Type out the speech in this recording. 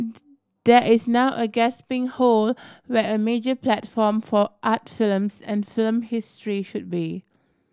there is now a gasping hole where a major platform for art films and film history should be